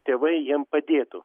tėvai jiem padėtų